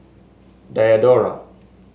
Diadora